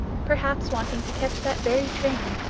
perhaps wanting to catch that very train.